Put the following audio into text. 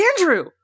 Andrew